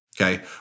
Okay